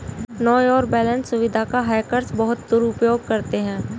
no your balance सुविधा का hackers बहुत दुरुपयोग करते हैं